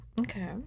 okay